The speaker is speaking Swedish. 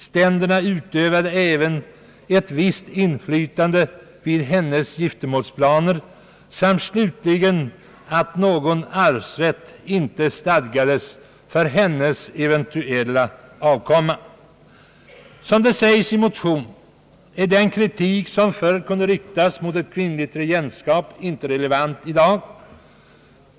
Ständerna utövade även ett visst inflytande på hennes giftermålsplaner, och slutligen stadgades inte någon arvsrätt för hennes eventuella avkomma. Som det sägs i motionen är den kritik som förr kunde riktas mot ett kvinnligt regentskap inte relevant i dag.